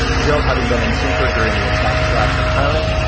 gerald, having been in sintra during the attack slash the pilot.